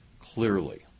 clearly